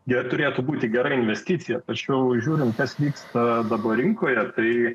jie turėtų būti gera investicija tačiau žiūrint kas vyksta dabar rinkoje tai